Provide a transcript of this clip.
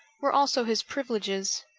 were also his privileges.